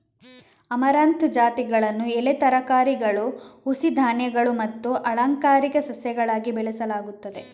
amaranth ಜಾತಿಗಳನ್ನು ಎಲೆ ತರಕಾರಿಗಳು, ಹುಸಿ ಧಾನ್ಯಗಳು ಮತ್ತು ಅಲಂಕಾರಿಕ ಸಸ್ಯಗಳಾಗಿ ಬೆಳೆಸಲಾಗುತ್ತದೆ